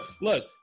look